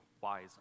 wise